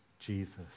Jesus